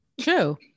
true